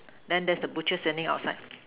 then there's the butcher standing outside